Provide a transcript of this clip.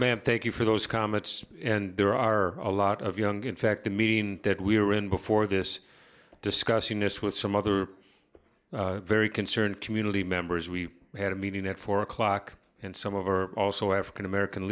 graham thank you for those comments and there are a lot of young in fact a meeting that we were in before this discussing this with some other very concerned community members we had a meeting at four o'clock and some of our also african american